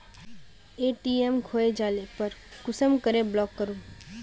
ATM खोये जाले पर कुंसम करे ब्लॉक करूम?